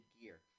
gear